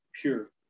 pure